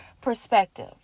perspective